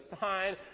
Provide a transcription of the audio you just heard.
sign